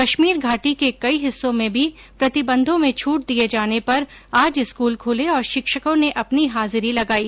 कश्मीर घाटी के कई हिस्सों में भी प्रतिबंधों में छूट दिये जाने पर आज स्कूल खूले और शिक्षकों ने अपनी हाजिरी लगाई